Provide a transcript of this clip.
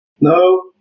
No